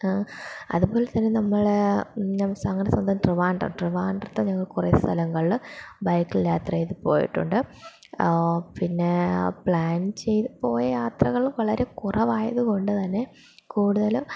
അതുപോലെത്തന്നെ നമ്മൾ ഞങ്ങളുടെ സ്വന്തം ട്രിവാൻഡ്രം ട്രവാഡ്റത്ത് ഞങ്ങൾ കുറേ സ്ഥലങ്ങളിൽ ബൈക്കിൽ യാത്ര ചെയ്ത് പോയിട്ടുണ്ട് പിന്നെ പ്ലാൻ ചെയ്ത് പോയ യാത്രകൾ വളരെ കുറവായത് കൊണ്ട് തന്നെ കൂടുതലും